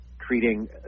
treating